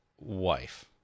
wife